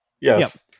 Yes